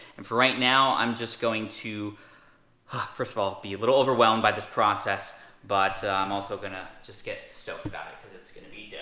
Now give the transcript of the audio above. and for right now, i'm just going to ah first of all, be a little overwhelmed by this process. but i'm also gonna just get stoked about it cause it's gonna be